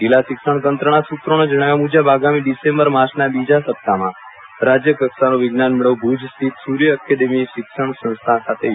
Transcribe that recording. જીલ્લા શિક્ષણ તંત્રના સુત્રોના જણાવ્યા મુજબ આગામી ડીસેમ્બર માસના બીજા સપ્તાહમાં રાજ્ય કક્ષાનો વિજ્ઞાન મેળો ભુજ સ્થિત સૂર્ય એકેડેમી શૈક્ષણિક સંસ્થા ખાતે યોજાશે